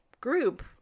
group